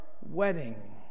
wedding